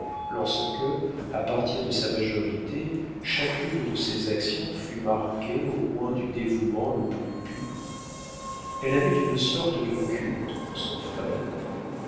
lorsque à partir de sa majorité chacune de ses actions fut marquée au coin du dévouement le plus pur elle avait une sorte de culte pour son frère